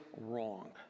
wrong